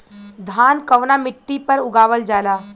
धान कवना मिट्टी पर उगावल जाला?